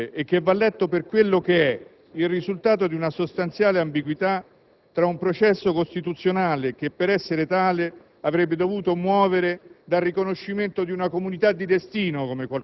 Un dato che non possiamo eludere e che va letto per quello che è: il risultato di una sostanziale ambiguità tra un processo costituzionale che, per essere tale,